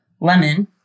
lemon